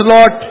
Lord